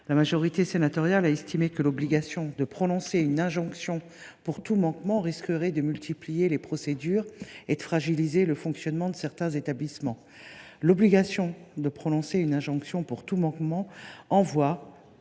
La majorité sénatoriale a estimé que l’obligation de prononcer une injonction pour tout manquement risquerait de multiplier les procédures et de fragiliser le fonctionnement de certains établissements. Or l’obligation de prononcer une injonction pour tout manquement envoie